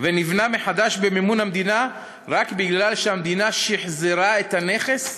ונבנה מחדש במימון המדינה רק בגלל שהמדינה שחזרה את הנכס?